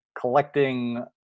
collecting